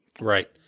Right